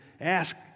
ask